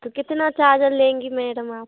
तो कितना चार्जर लेंगी मैडम आप